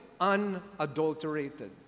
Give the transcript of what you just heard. unadulterated